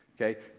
Okay